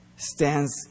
stands